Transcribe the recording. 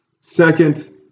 Second